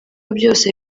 byose